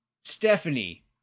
stephanie